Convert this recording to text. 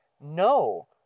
no